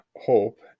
Hope